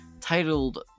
titled